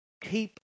keep